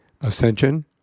Ascension